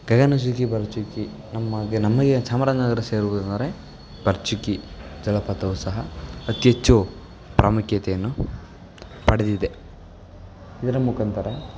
ಗಗನಚುಕ್ಕಿ ಭರಚುಕ್ಕಿ ನಮಗೆ ನಮ್ಮ ಈ ಚಾಮರಾಜನಗರ ಸೇರುವುದೆಂದರೆ ಭರಚುಕ್ಕಿ ಜಲಪಾತವು ಸಹ ಅತಿ ಹೆಚ್ಚು ಪ್ರಾಮುಖ್ಯತೆಯನ್ನು ಪಡೆದಿದೆ ಇದರ ಮುಖಾಂತರ